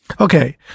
Okay